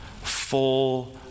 full